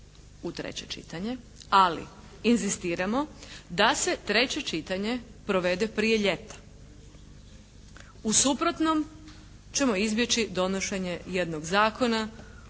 u treće čitanje, ali inzistiramo da se treće čitanje provede prije ljeta. U suprotnom ćemo izbjeći donošenje jednog zakona